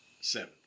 Seven